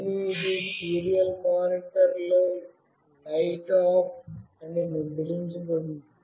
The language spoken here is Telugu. మరియు ఇది సీరియల్ మానిటర్ "లైట్లో ఆఫ్""Light OFF" అని ముద్రించబడుతుంది